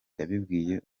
yabibwiye